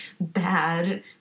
bad